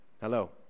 Hello